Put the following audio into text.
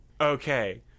okay